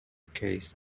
case